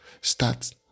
Start